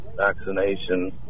vaccination